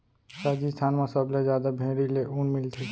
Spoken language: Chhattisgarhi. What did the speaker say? राजिस्थान म सबले जादा भेड़ी ले ऊन मिलथे